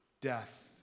death